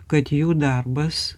kad jų darbas